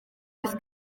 wrth